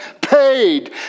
paid